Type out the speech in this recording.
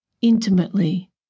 intimately